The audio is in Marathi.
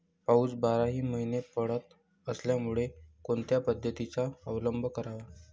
पाऊस बाराही महिने पडत असल्यामुळे कोणत्या पद्धतीचा अवलंब करावा?